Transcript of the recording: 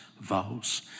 vows